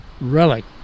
relic